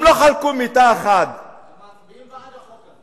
הם לא חלקו מיטה אחת, מי בעד החוק הזה?